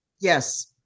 Yes